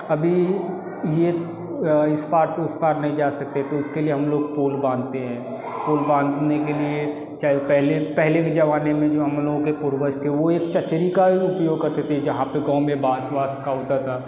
अभी ये इस पार से उस पार नहीं जा सकते तो उसके लिए हम लोग पुल बानते हैं पुल बाँधने के लिए पहले पहले भी ज़माने में जो हम लोगों के पूर्वज थे वो एक चचरी का उपयोग करते थे जहाँ पर गाँव में बांस वास का होता था